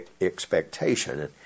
expectation